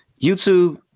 YouTube